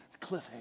cliffhanger